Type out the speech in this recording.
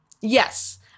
yes